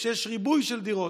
כשיש ריבוי של דירות.